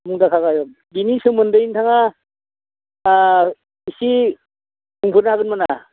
मुंदांखा गायक बेनि सोमोन्दै नोंथाङा इसि बुंफोरनो हागोन नामा